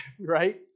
Right